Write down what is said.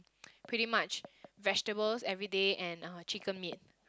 pretty much vegetables everyday and uh chicken meat